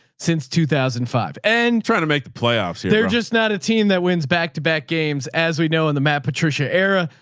since two thousand and five and trying to make the playoffs here. they're just not a team that wins back to back games. as we know in the matt patricia era,